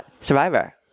Survivor